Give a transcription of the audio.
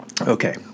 Okay